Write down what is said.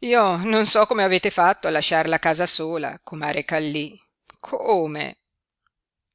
io non so come avete fatto a lasciar la casa sola comare kallí come